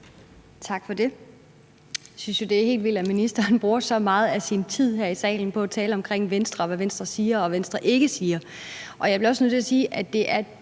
Tak for det. Jeg synes jo, det er helt vildt, at ministeren bruger så meget af sin tid her i salen på at tale om Venstre og om, hvad Venstre siger og ikke siger. Jeg bliver også nødt til at sige, at det